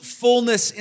fullness